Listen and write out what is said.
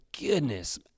goodness